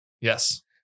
Yes